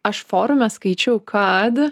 aš forume skaičiau kad